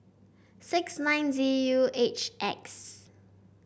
six nine Z U H X